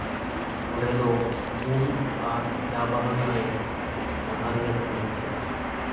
ᱚᱸᱰᱮ ᱫᱚ ᱵᱩᱨᱩ ᱟᱨ ᱪᱟ ᱵᱟᱜᱟᱱ ᱨᱮ ᱥᱟᱸᱜᱷᱟᱨᱤᱭᱟᱹ ᱠᱩ ᱨᱤᱡᱷᱟᱹᱜᱼᱟ